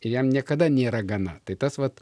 jam niekada nėra gana tai tas vat